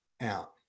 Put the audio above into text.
out